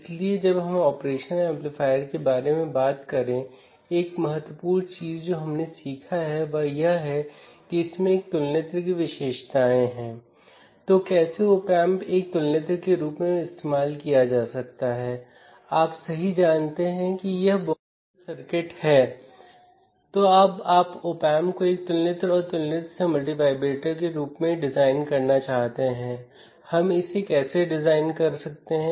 और एक differential amplifier का उपयोग यह समझने के लिए किया गया था कि हम जो वोल्टेज लागू करते हैं उसका अंतर कैसे इस्तेमाल कर सकते हैं और हम अंतर वोल्टेज के सिग्नल को कैसे बढ़ा सकते हैं